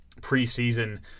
preseason